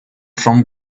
from